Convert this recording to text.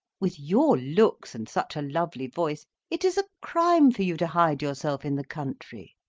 with your looks and such a lovely voice it is a crime for you to hide yourself in the country.